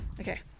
Okay